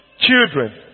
children